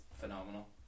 phenomenal